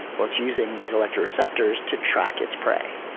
well its using these electro receptors to track its prey.